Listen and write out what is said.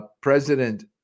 President